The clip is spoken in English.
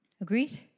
Agreed